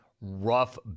rough